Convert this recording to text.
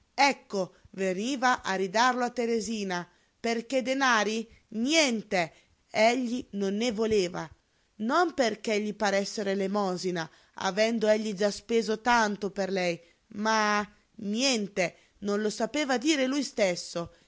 ecco veniva a ridarlo a teresina perché denari niente egli non ne voleva non perché gli paressero elemosina avendo egli già speso tanto per lei ma niente non lo sapeva dire lui stesso